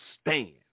stand